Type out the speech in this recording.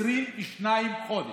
22 חודשים,